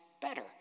better